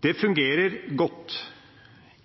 Det fungerer godt